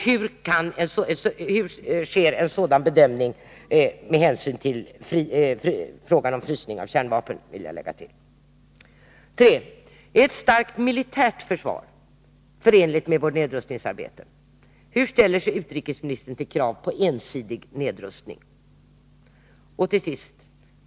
Hur sker en sådan bedömning med hänsyn till frågan om frysning av kärnvapnen? vill jag tillägga. 3. Är ett starkt militärt försvar förenligt med vårt nedrustningsarbete? Hur ställer sig utrikesministern till krav på ensidig nedrustning? 4.